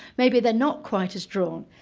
maybe they are not quite as drawn.